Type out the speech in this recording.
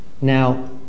Now